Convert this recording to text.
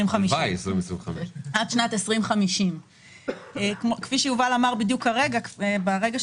2050. כפי שיובל לסטר אמר ברגע שנכנסתי,